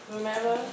Remember